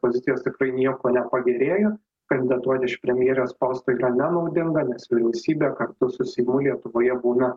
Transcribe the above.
pozicijos tikrai nieko nepagerėjo kandidatuoti iš premjerės posto yra nenaudinga nes vyriausybė kartu su seimu lietuvoje būna